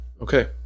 Okay